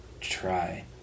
try